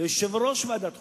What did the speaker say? כיושב-ראש ועדת חוקה,